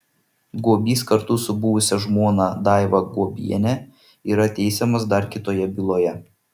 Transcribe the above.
guobys kartu su buvusia žmona daiva guobiene yra teisiamas dar kitoje byloje